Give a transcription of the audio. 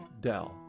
dell